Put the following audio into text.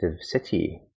city